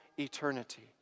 eternity